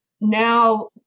now